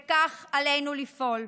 וכך עלינו לפעול.